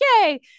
yay